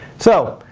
so,